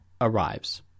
arrives